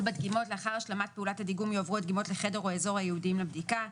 לאחר השלמת פעולת הדיגום יועברו הדגימות לחדר או אזור הייעודים לבדיקה;